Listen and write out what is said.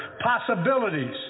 possibilities